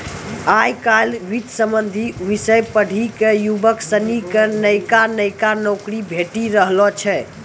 आय काइल वित्त संबंधी विषय पढ़ी क युवक सनी क नयका नयका नौकरी भेटी रहलो छै